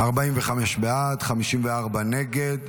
45 בעד, 54 נגד.